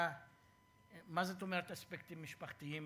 מה זאת אומרת "אספקטים משפחתיים",